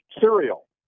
cereal